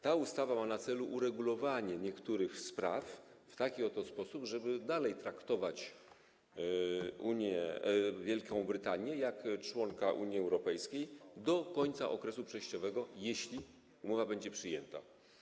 Ta ustawa ma na celu uregulowanie niektórych spraw w taki oto sposób, żeby dalej traktować Wielką Brytanię jak członka UE do końca okresu przejściowego, jeśli umowa będzie przyjęta.